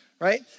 right